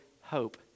hope